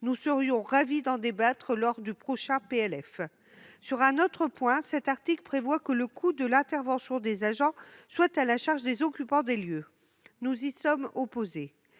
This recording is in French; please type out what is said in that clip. Nous serions ravis d'en débattre lors du prochain projet de loi de finances. Par ailleurs, cet article prévoit que le coût de l'intervention des agents soit à la charge des occupants des lieux. Nous y sommes opposés.